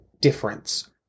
difference